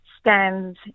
stands